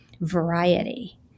variety